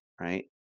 Right